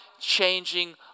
changing